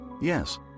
Yes